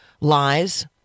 lies